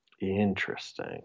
Interesting